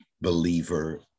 believer